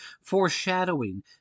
foreshadowing